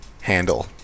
handle